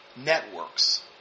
networks